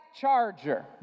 Charger